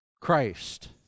Christ